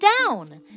down